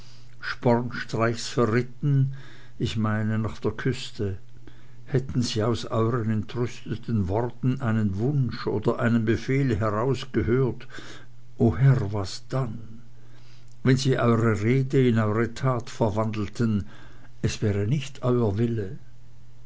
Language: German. spornstreichs verritten ich meine nach der küste hätten sie aus euern entrüsteten worten einen wunsch oder einen befehl herausgehört o herr was dann wenn sie eure rede in eure tat verwandelten es wäre nicht euer wille